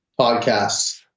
Podcasts